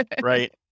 right